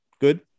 Good